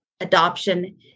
Adoption